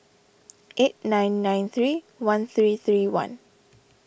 eight nine nine three one three three one